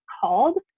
called